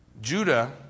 Judah